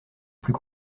plus